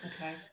Okay